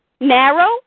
Narrow